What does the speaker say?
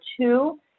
two